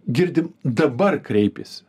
girdim dabar kreipėsi